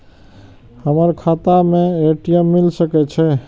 हमर खाता में ए.टी.एम मिल सके छै?